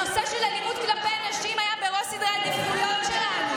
הנושא של אלימות כלפי נשים היה בראש סדרי העדיפויות שלנו.